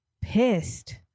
pissed